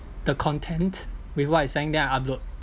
the content with what I sang then I upload